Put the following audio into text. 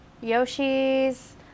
Yoshi's